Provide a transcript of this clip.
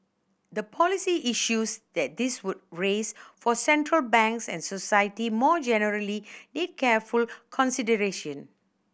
the policy issues that this would raise for Central Banks and society more generally need careful consideration